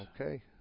Okay